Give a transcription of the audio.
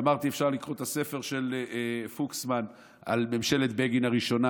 אמרתי שאפשר לקרוא את הספר של פוקסמן על ממשלת בגין הראשונה.